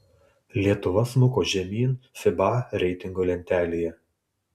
lietuva smuko žemyn fiba reitingo lentelėje